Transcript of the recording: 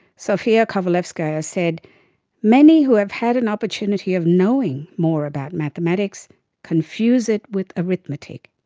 sofia kowalevskaya said many who have had an opportunity of knowing, more about mathematics confuse it with arithmetic,